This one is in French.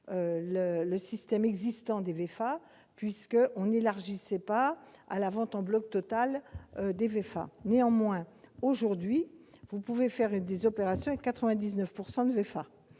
le système existant des VEFA puisqu'on n'élargit pas à la vente en bloc totale des VEFA. Néanmoins, il est aujourd'hui possible de faire des opérations avec 99 % de VEFA.